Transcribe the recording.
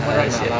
a'ah seh